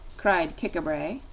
cried kik-a-bray,